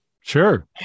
Sure